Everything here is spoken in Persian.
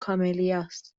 کاملیاست